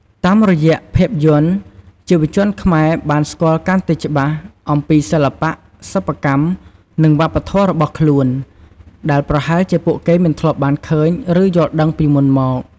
តាមរយៈភាពយន្ត យុវជនខ្មែរបាន ស្គាល់កាន់តែច្បាស់អំពីសិល្បៈ សិប្បកម្ម និងវប្បធម៌របស់ខ្លួន ដែលប្រហែលជាពួកគេមិនធ្លាប់បានឃើញ ឬយល់ដឹងពីមុនមក។